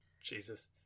Jesus